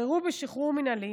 ישתחררו בשחרור מינהלי